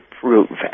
prove